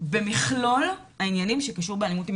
במכלול העניינים הקשורים באלימות מינית.